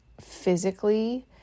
physically